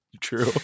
True